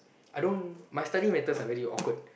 I don't my study methods are very awkward